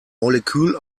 molekül